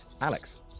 Alex